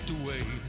away